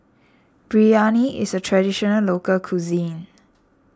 Biryani is a Traditional Local Cuisine